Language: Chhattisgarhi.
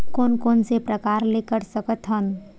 कोन कोन से प्रकार ले कर सकत हन?